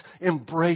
embrace